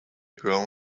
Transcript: girl